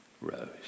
rose